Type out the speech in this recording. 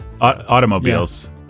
automobiles